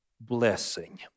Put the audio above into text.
blessing